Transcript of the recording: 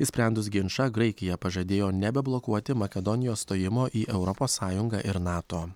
išsprendus ginčą graikija pažadėjo nebeblokuoti makedonijos stojimo į europos sąjungą ir nato